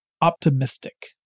optimistic